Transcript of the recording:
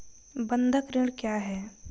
बंधक ऋण क्या है?